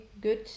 good